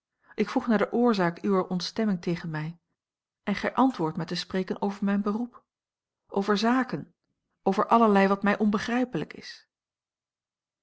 ik vroeg naar de oorzaak uwer ontstemming tegen mij en gij antwoordt met te spreken over mijn beroep over zaken over allerlei wat mij onbegrijpelijk is